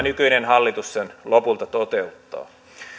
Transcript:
nykyinen hallitus sen lopulta toteuttaa